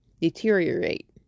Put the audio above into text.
deteriorate